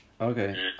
Okay